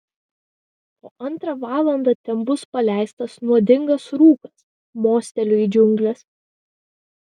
o antrą valandą ten bus paleistas nuodingas rūkas mosteliu į džiungles